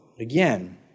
again